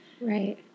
right